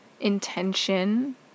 intention